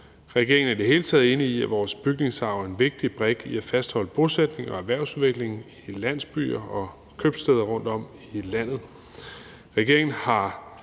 Regeringen er i det hele taget enig i, at vores bygningsarv er en vigtig brik i at fastholde bosætning og erhvervsudvikling i landsbyer og købstæder rundtomkring i landet.